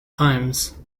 times